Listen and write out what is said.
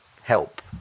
help